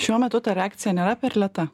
šiuo metu ta reakcija nėra per lėta